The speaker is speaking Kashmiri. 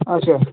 آچھا